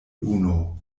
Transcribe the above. unu